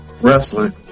Wrestling